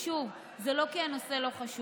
ושוב, זה לא כי הנושא לא חשוב.